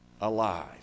alive